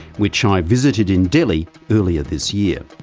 which i visited in delhi earlier this year.